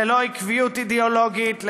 ללא עקביות אידיאולוגית,